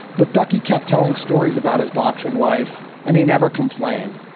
but ducky kept telling stories about his boxing life and he never complained.